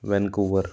Vancouver